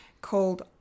called